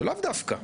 זה לאו דווקא.